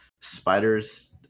spiders